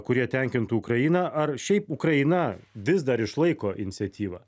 kurie tenkintų ukrainą ar šiaip ukraina vis dar išlaiko iniciatyvą